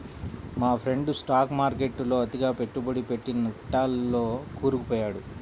మా friend stock మార్కెట్టులో అతిగా పెట్టుబడి పెట్టి నట్టాల్లో కూరుకుపొయ్యాడు